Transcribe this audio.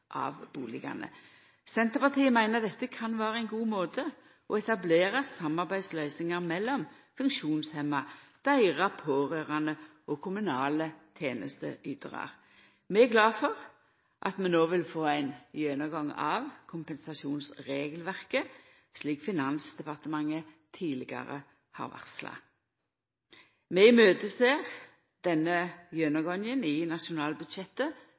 av bustadene. Senterpartiet meiner dette kan vera ein god måte å etablera samarbeidsløysingar mellom funksjonshemma, deira pårørande og kommunale tenesteytarar på. Vi er glad for at vi no vil få ein gjennomgang av kompensasjonsregelverket, slik Finansdepartementet tidlegare har varsla. Vi ser i møte denne gjennomgangen i nasjonalbudsjettet